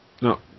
No